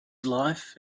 life